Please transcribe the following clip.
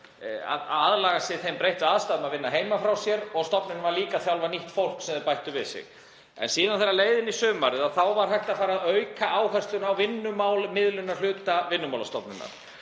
að aðlaga sig þeim breyttu aðstæðum að vinna heiman frá sér og stofnunin var líka að þjálfa nýtt fólk sem hún bætti við sig. En þegar leið á sumarið var hægt að fara að auka áhersluna á vinnumiðlun Vinnumálastofnunar.